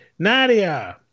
Nadia